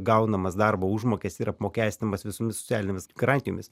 gaunamas darbo užmokestį ir apmokestinamas visomis socialinėmis garantijomis